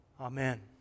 Amen